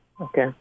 Okay